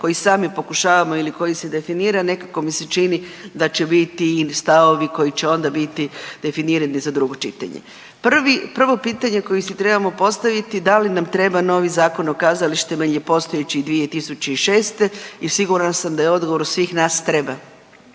koji sami pokušavamo ili koji si definira nekako mi se čini da će biti i stavovi koji će onda biti definirani za drugo čitanje. Prvo pitanje koje si trebamo postaviti da li nam treba novi Zakon o kazalištima jer je postojeći od 2006.? I sigurna sam da je odgovor svih nas treba.